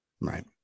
Right